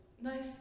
nice